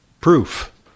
proof